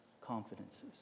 confidences